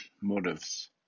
motives